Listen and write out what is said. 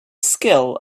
skill